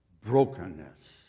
brokenness